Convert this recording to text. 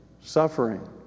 suffering